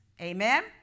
Amen